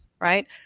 right